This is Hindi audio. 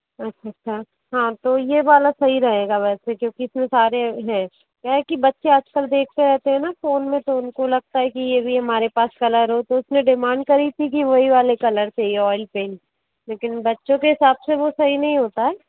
अच्छा अच्छा हाँ तो ये वाला सही रहेगा वैसे क्योंकि इसमें सारे हैं क्या है कि बच्चे आज कल देखते रहते हैं न फोन में तो उनको लगता है कि ये भी हमारे पास कलर हो तो उसमें डिमांड करी थी कि वो ही वाले कलर चाहिए ऑयल पेंट लेकिन बच्चों के हिसाब से वो सही नहीं होता है